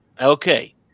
Okay